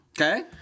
Okay